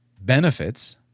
benefits